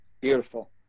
Beautiful